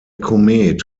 komet